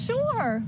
Sure